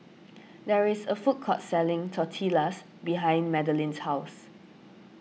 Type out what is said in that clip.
there is a food court selling Tortillas behind Madeline's house